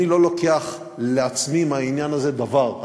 אני לא לוקח לעצמי מהעניין הזה דבר,